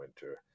winter